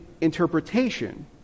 interpretation